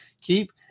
keep